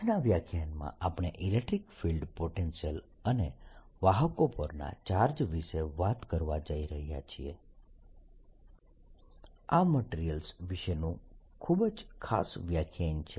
આજના વ્યાખ્યાનમાં આપણે ઇલેક્ટ્રીક ફિલ્ડ પોટેન્શિયલ અને વાહકો પરના ચાર્જ વિશે વાત કરવા જઈ રહ્યા છીએ આ મટીરીયલ્સ વિશેનું ખૂબ જ ખાસ વ્યાખ્યાન છે